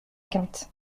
quinte